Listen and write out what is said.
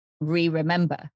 re-remember